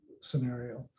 scenario